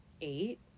eight